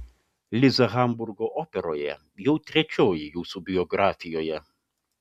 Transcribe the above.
liza hamburgo operoje jau trečioji jūsų biografijoje